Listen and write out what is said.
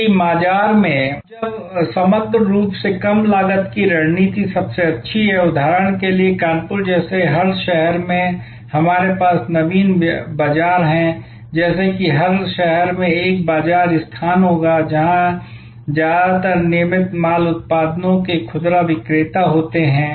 अब जब समग्र रूप से कम लागत की रणनीति सबसे अच्छी है उदाहरण के लिए कानपुर जैसे हर शहर में हमारे पास नवीन बाजार है जैसे कि हर शहर में एक बाजार स्थान होगा जहां ज्यादातर नियमित माल उत्पादों के खुदरा विक्रेता होते हैं